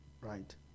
right